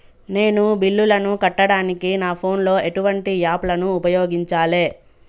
నేను బిల్లులను కట్టడానికి నా ఫోన్ లో ఎటువంటి యాప్ లను ఉపయోగించాలే?